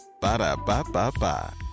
Ba-da-ba-ba-ba